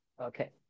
Okay